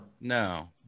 No